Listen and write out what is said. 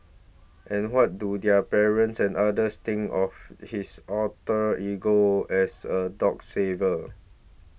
and what do their parents and others think of his alter ego as a dog saver